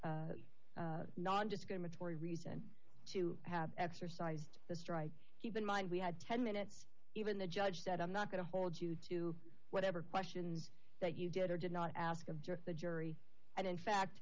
non discriminatory reason to have exercised the strike keep in mind we had ten minutes even the judge said i'm not going to hold you to whatever questions that you did or did not ask of judge the jury and in fact